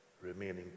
remaining